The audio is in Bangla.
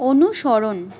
অনুসরণ